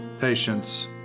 patience